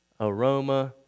aroma